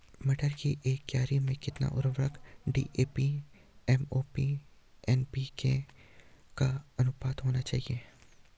मटर की एक क्यारी में कितना उर्वरक डी.ए.पी एम.ओ.पी एन.पी.के का अनुपात होना चाहिए?